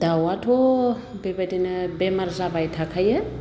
दाउआथ' बेबायदिनो बेमार जाबाय थाखायो